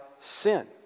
sin